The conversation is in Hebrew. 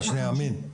שנייה אמין,